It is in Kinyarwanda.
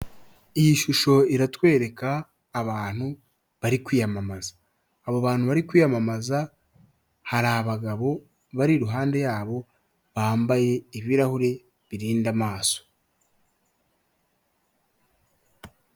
Iyi shusho iratwereka abantu bari kwiyamamaza, abo bantu bari kwiyamamaza, hari abagabo bari iruhande yabo bambaye ibirahuri birinda amaso.